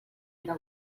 era